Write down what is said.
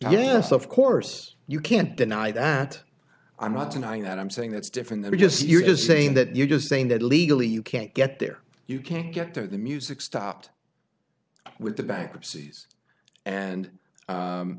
yes of course you can't deny that i'm not denying that i'm saying that's different than just your is saying that you're just saying that legally you can't get there you can't get to the music stopped with the bankruptcies and